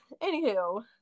anywho